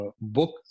book